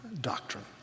doctrine